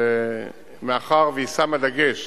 שמאחר שהיא שמה דגש